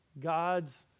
God's